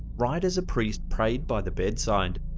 right as a priest prayed by the beside.